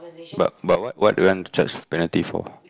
but but what what do you want to charge penalty for